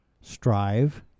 strive